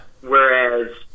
Whereas